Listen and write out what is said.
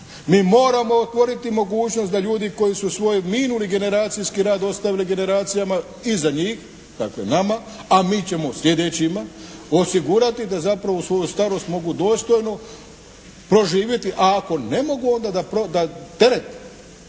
Mi moramo otvoriti mogućnost da ljudi koji su svoj minuli generacijski rad ostavili generacijama iza njih, dakle nama a mi ćemo slijedećima osigurati da zapravo svoju starost mogu dostojno proživjeti, a ako ne mogu onda da teret